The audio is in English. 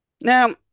Now